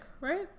right